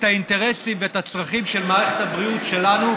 את האינטרסים ואת הצרכים של מערכת הבריאות שלנו,